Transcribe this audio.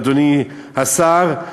אדוני השר,